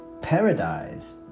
paradise